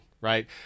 Right